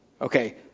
Okay